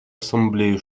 ассамблею